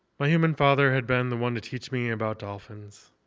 my human father had been the one to teach me about dolphins.